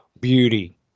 beauty